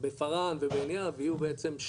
בפראן ובעין יהב יהיו בעצם,